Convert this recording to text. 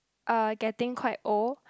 are getting quite old